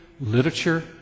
literature